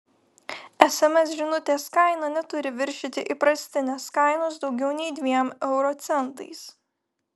sms žinutės kaina neturi viršyti įprastinės kainos daugiau nei dviem euro centais